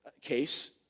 case